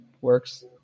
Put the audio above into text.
works